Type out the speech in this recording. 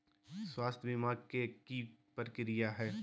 स्वास्थ बीमा के की प्रक्रिया है?